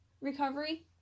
recovery